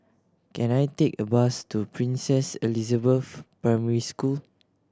can I take a bus to Princess Elizabeth Primary School